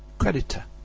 creditor,